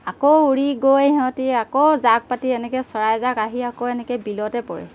আকৌ উৰি গৈ সিহঁতি আকৌ জাক পাতি এনেকৈ চৰাইজাক আহি আকৌ এনেকৈ বিলতে পৰে